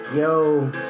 Yo